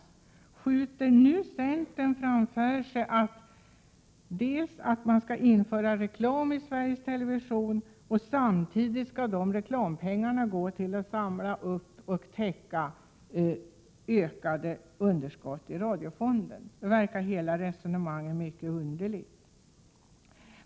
Nu skjuter centern framför sig förslag om dels att reklam skall införas i Sveriges television, dels att reklampengarna skall användas till att samla upp och täcka ökade underskott i radiofonden. Hela det resonemanget verkar mycket underligt.